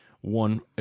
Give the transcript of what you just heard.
one